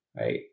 right